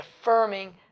affirming